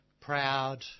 proud